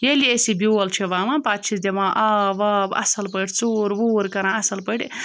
ییٚلہِ یہِ أسۍ یہِ بیول چھِ وَوان پَتہٕ چھِس دِوان آب واب اَصٕل پٲٹھۍ ژوٗر ووٗر کَران اَصٕل پٲٹھۍ